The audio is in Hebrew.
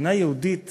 מדינה יהודית